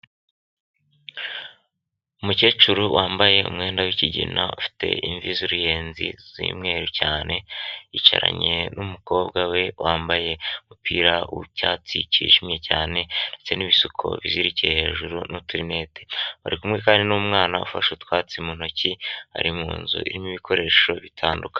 Umukecuru wambaye umwenda wi'kigina ufite imvi z'uruyenzi z'umweru cyane, yicaranye n'umukobwa we wambaye umupira w'icyatsi cyijimye cyane, ndetse n'ibisuko bizirikiye hejuru n'turineti, bari kumwe kandi n'umwana ufashe utwatsi mu ntoki, ari mu nzu irimo ibikoresho bitandukanye.